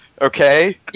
okay